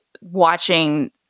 watching –